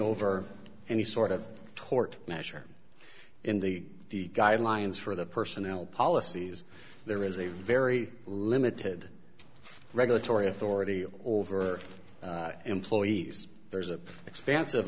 over any sort of tort measure in the guidelines for the personnel policies there is a very limited regulatory authority over employees there's an expansive